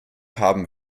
haben